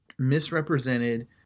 misrepresented